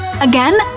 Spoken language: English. Again